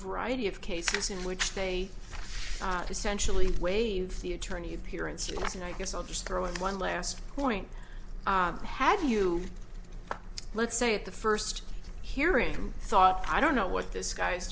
variety of cases in which they essentially waived the attorney appearances and i guess i'll just throw in one last point have you let's say at the first hearing from thought i don't know what this guy's